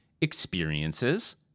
experiences